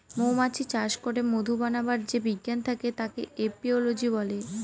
মৌমাছি চাষ করে মধু বানাবার যে বিজ্ঞান থাকে তাকে এপিওলোজি বলে